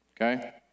okay